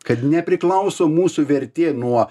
kad nepriklauso mūsų vertė nuo